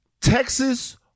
Texas